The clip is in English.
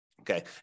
Okay